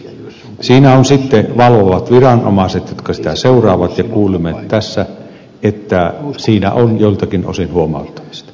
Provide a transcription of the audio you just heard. siinä ovat sitten valvovat viranomaiset jotka sitä seuraavat ja kuulimme tässä että siinä on joiltakin osin huomauttamista